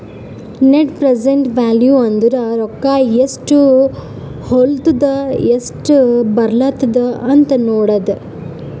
net present value ಅಂದುರ್ ರೊಕ್ಕಾ ಎಸ್ಟ್ ಹೊಲತ್ತುದ ಎಸ್ಟ್ ಬರ್ಲತ್ತದ ಅಂತ್ ನೋಡದ್ದ